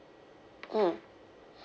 mm